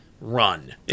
run